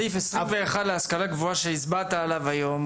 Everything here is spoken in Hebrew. תסכים איתי שסעיף 21 להשכלה גבוהה שהצבעת עליו היום,